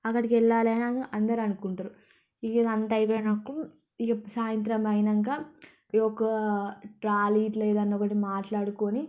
అక్కడికి వెళ్ళాలని అని అందరు అనుకుంటారు ఇక ఇది అంతా అయిపోయ్యాక ఇక సాయంత్రం అయ్యాక ఈ ఒక ట్రాలీ ఇట్లా ఏదైనా ఒకటి మాట్లాడుకొని